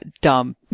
Dumb